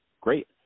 great